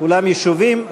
כולם ישובים?